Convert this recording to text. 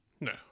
No